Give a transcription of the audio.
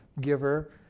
giver